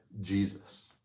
Jesus